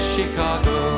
Chicago